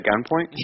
gunpoint